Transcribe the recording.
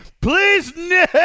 please